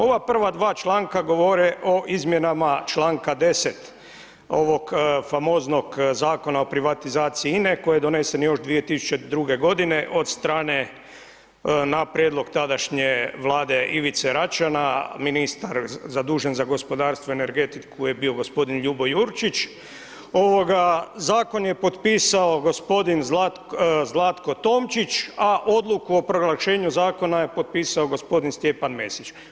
Ova prva dva članka govore o izmjenama čl. 10. ovog famoznog Zakona o privatizaciji INA-e koji je donesen još 2002.g. od strane, na prijedlog tadašnje Vlade Ivice Račana, ministar zadužen za gospodarstvo i energetiku je bio gospodin Ljubo Jurčić ovoga zakon je potpisao gospodin Zlatko Tomčić, a odluku o proglašenju zakona je potpisao gospodin Stjepan Mesić.